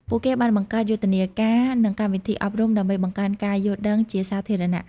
ពួកគេបានបង្កើតយុទ្ធនាការ និងកម្មវិធីអប់រំដើម្បីបង្កើនការយល់ដឹងជាសាធារណៈ។